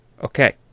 Okay